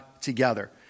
together